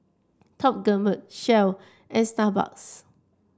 Top Gourmet Shell and Starbucks